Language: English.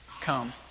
Come